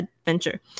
adventure